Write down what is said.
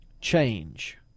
change